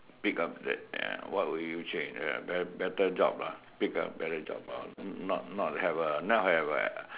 pick up the what would you change better job lah pick a better job lah not not have a not have a